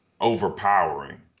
overpowering